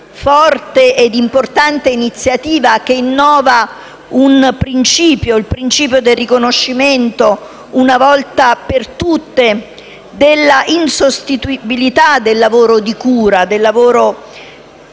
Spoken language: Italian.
forte e importante iniziativa che innova un principio, quello del riconoscimento, una volta per tutte, dell'insostituibilità del lavoro di cura che viene